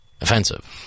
offensive